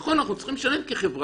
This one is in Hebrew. נכון, אנחנו צריכים לשלם כחברה.